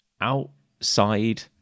outside